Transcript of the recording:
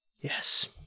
Yes